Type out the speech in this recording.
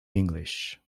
english